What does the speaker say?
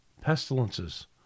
pestilences